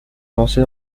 lancer